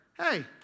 hey